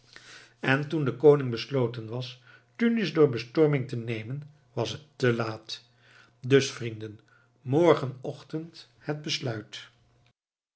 en toen de koning besloten was tunis door bestorming te nemen was het te laat dus vrienden morgen ochtend het besluit